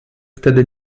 wtedy